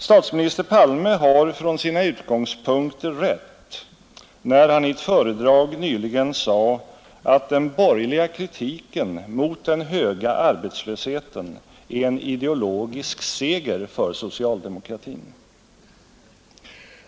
Statsminister Palme hade från sina utgångspunkter rätt, när han i ett föredrag nyligen sade att den borgerliga kritiken mot den höga arbetslösheten är en ideologisk seger för socialdemokratin.